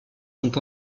sont